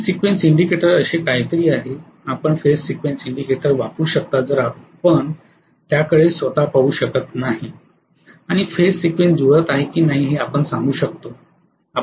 phase sequence indicator असे काहीतरी आहे आपण फेज सिक्वेन्स इंडिकेटर वापरू शकता जर आपण त्याकडे स्वतः पाहू शकत नाही आणि फेज सिक्वेन्स जुळत आहे की नाही हे आपण सांगू शकतो